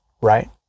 right